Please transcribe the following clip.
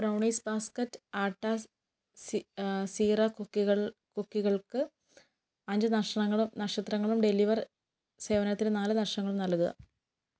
brownies basket ആട്ടാസ് സി അ സീറ കുക്കികൾ കുക്കികൾക്ക് അഞ്ച് നഷ്ണങ്ങളും നക്ഷത്രങ്ങളും ഡെലിവർ സേവനത്തിന് നാല് നക്ഷത്രങ്ങളും നൽകുക